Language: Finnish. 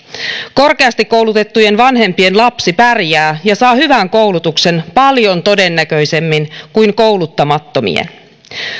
korkeasti koulutettujen vanhempien lapsi pärjää ja saa hyvän koulutuksen paljon todennäköisemmin kuin kouluttamattomien